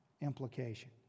implication